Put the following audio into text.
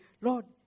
Lord